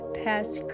past